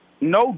No